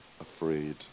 afraid